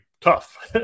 tough